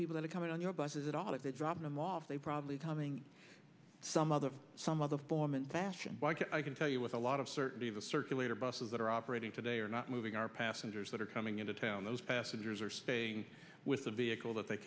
people that are coming on your buses at all if they dropped them off they probably coming some other some other form and fashion i can tell you with a lot of certainty the circulator buses that are operating today are not moving our passengers that are coming into town those passengers are staying with the vehicle that they